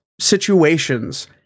situations